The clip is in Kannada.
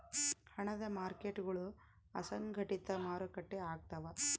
ಹಣದ ಮಾರ್ಕೇಟ್ಗುಳು ಅಸಂಘಟಿತ ಮಾರುಕಟ್ಟೆ ಆಗ್ತವ